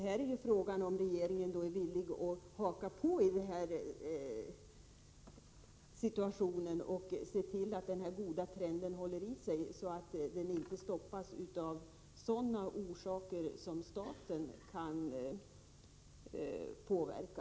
Här är det fråga om regeringen är villig att haka på och se till att denna goda trend håller i sig och att den inte stoppas av sådana orsaker som staten kan påverka.